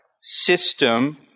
system